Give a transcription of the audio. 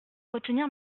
retenir